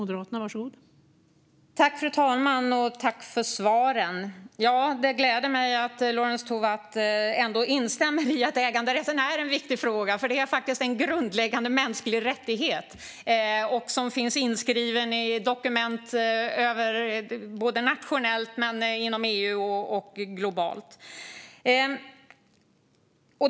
Fru talman! Jag tackar för svaren. Det gläder mig att Lorentz Tovatt ändå instämmer i att äganderätten är en viktig fråga. Det är faktiskt en grundläggande mänsklig rättighet som finns inskriven i dokument nationellt, inom EU och globalt.